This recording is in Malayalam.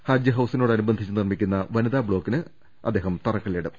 ഹജ്ജ് ഹൌസിനോടനുബന്ധിച്ച് നിർമ്മിക്കുന്ന വനിതാ ബ്ലോക്കിന് അദ്ദേഹം തറക്കല്ലിടും